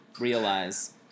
realize